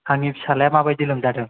आंनि फिसाज्लाया माबायदि लोमजादों